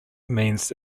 means